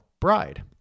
bride